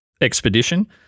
expedition